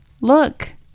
Look